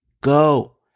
Go